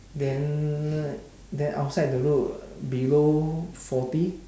then then outside the road below forty